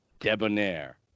debonair